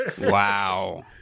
wow